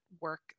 work